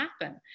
happen